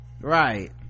right